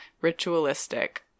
ritualistic